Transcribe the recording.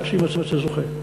עד שיימצא זוכה.